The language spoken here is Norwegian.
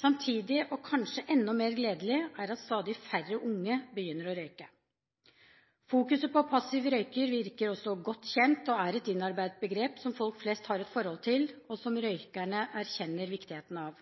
Samtidig – og kanskje enda mer gledelig – er det stadig færre unge som begynner å røyke. Fokuset på passiv røyking virker også godt kjent. Det er et innarbeidet begrep som folk flest har et forhold til, og som røykerne erkjenner viktigheten av.